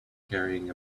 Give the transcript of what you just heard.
carrying